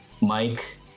Mike